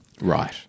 Right